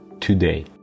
today